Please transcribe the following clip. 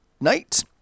night